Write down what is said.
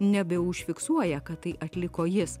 nebeužfiksuoja kad tai atliko jis